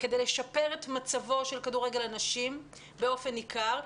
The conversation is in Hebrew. כדי לשפר את מצבו של כדורגל הנשים באופן ניכר,